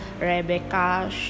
Rebecca